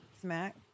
Smack